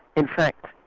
in fact,